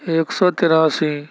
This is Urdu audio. ایک سو تراسی